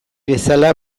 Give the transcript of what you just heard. bezala